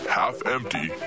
half-empty